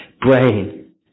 brain